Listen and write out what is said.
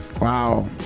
Wow